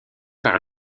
par